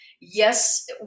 Yes